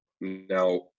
Now